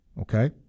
okay